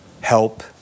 help